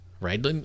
right